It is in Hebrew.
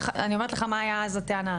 אני אומרת לך מה היה אז הטענה,